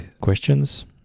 questions